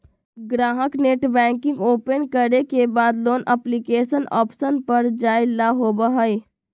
ग्राहक netbanking open करे के बाद लोन एप्लीकेशन ऑप्शन पर जाय ला होबा हई